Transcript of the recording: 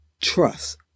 trust